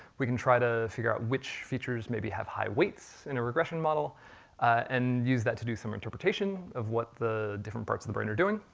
we can try to figure out which features maybe have high weights in a regression model and use that to do some interpretation of what the different parts of the brain are doing.